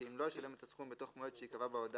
כי אם לא ישלם את הסכום בתוך מועד שייקבע בהודעה,